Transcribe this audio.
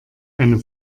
eine